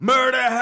Murder